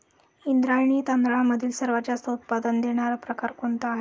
इंद्रायणी तांदळामधील सर्वात जास्त उत्पादन देणारा प्रकार कोणता आहे?